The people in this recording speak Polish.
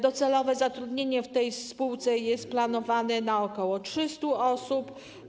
Docelowe zatrudnienie w tej spółce jest planowane dla ok. 300 osób.